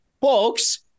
Folks